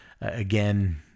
Again